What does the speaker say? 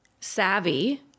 savvy